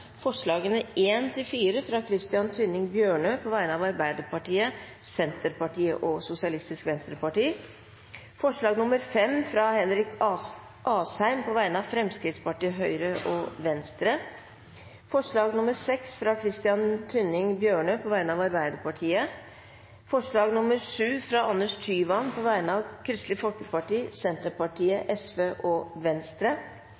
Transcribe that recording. fra Christian Tynning Bjørnø på vegne av Arbeiderpartiet, Senterpartiet og Sosialistisk Venstreparti forslag nr. 5, fra Henrik Asheim på vegne av Høyre, Fremskrittspartiet og Venstre forslag nr. 6, fra Christian Tynning Bjørnø på vegne av Arbeiderpartiet forslag nr. 7, fra Anders Tyvand på vegne av Kristelig Folkeparti, Senterpartiet, Venstre